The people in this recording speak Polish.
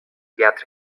wiatr